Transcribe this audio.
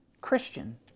Christian